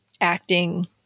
acting